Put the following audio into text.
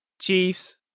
Chiefs